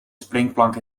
springplank